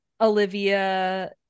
olivia